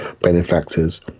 benefactors